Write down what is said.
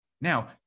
now